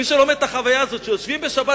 מי שלא חווה את החוויה הזאת שיושבים בשבת